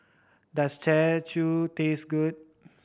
does char chu taste good